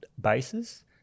bases